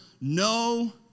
no